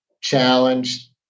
challenge